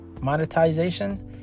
monetization